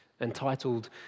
entitled